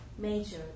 Major